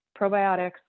probiotics